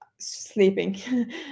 sleeping